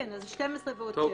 זה 12 ועוד שבע.